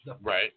Right